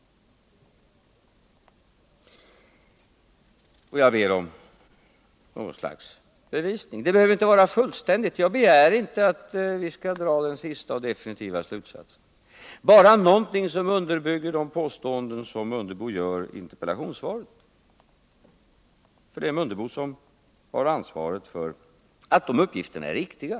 Jag ber om något slags redovisning av detta. Den behöver inte vara fullständig — jag begär inte att vi nu skall kunna dra den definitiva slutsatsen i detta sammanhang - utan det räcker med några uppgifter som underbygger de påståenden som herr Mundebo gör i interpellationssvaret. Det är ju herr Mundebo som har ansvaret för att dessa uppgifter är riktiga.